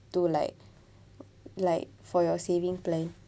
to like like for your saving plan